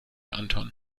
anton